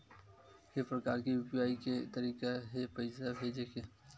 के प्रकार के यू.पी.आई के तरीका हे पईसा भेजे के?